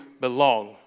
belong